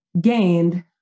gained